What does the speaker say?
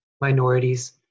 minorities